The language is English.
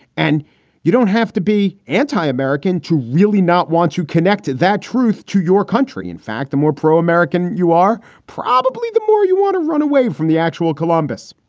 and you don't have to be anti-american to really not want to connect that truth to your country. in fact, the more pro-american you are, probably the more you want to run away from the actual columbus.